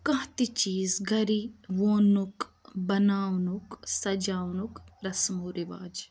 کانٛہہ تہِ چیز گَرے وونُک بَناونُک سَجاونُک رَسمو رِواج